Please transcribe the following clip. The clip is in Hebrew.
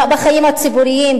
בחיים הציבוריים,